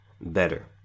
Better